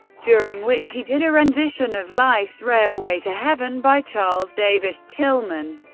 during which he did a rendition of life's railway to heaven by charles davis tillman.